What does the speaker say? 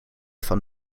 van